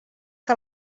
que